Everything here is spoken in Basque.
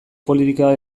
politika